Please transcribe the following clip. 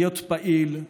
להיות פעיל,